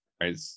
right